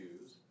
choose